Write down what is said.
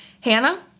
Hannah